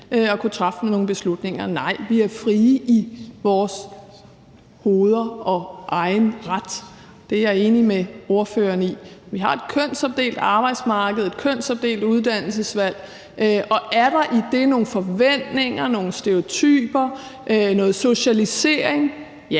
at kunne træffe nogle beslutninger. Vi er frie i vores hoveder og personer i egen ret – det er jeg enig med ordføreren i – men vi har et kønsopdelt arbejdsmarked og et kønsopdelt uddannelsesvalg, og er der i det nogle forventninger, nogle stereotyper, noget socialisering? Ja,